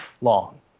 long